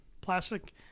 plastic